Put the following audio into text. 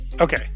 Okay